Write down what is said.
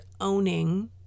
owning